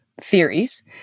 theories